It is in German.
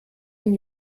ihn